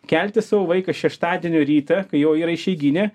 kelti savo vaiką šeštadienio rytą kai jo yra išeiginė